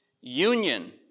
union